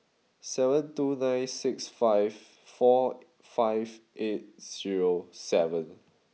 seven two nine six five four five eight zero seven